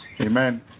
Amen